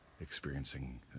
experiencing